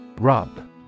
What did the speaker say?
Rub